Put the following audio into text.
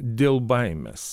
dėl baimės